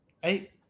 Hey